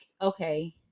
okay